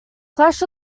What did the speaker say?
clash